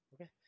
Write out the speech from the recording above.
Okay